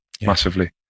massively